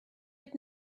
had